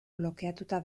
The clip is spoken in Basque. blokeatuta